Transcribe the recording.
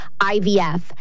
IVF